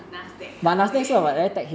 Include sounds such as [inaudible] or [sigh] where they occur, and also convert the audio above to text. NASDAQ ya okay [laughs]